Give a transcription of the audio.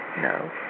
no